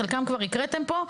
חלקם כבר הקראתם פה.